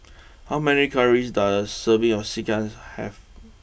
how many calories does a serving of Sekihan have